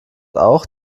auch